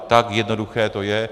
Tak jednoduché to je.